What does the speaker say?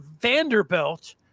Vanderbilt